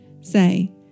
Say